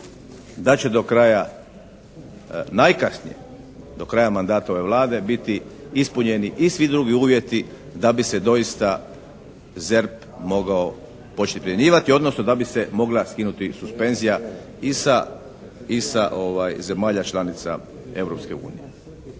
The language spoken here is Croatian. da će do kraja, najkasnije do kraja mandata ove Vlade biti ispunjeni i svi drugi uvjeti da bi se doista ZERP mogao početi primjenjivati odnosno da bi se mogla skinuti suspenzija i sa zemalja članica